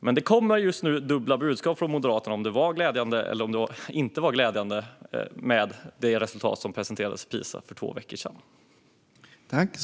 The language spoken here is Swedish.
Men det kommer just nu dubbla budskap från Moderaterna när det gäller om det resultat i PISA som presenterades för två veckor sedan var glädjande eller inte.